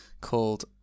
called